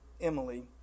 Emily